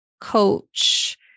coach